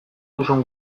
duzun